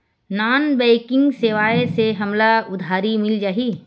Non banking सेवाएं से हमला उधारी मिल जाहि?